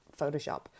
Photoshop